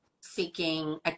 seeking